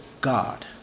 God